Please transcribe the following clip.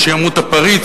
או שימות הפריץ,